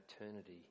eternity